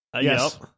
Yes